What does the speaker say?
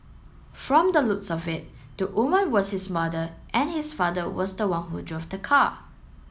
from the looks of it the woman was his mother and his father was the one who drove the car